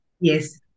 Yes